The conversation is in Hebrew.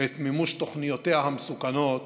את מימוש תוכניותיה המסוכנות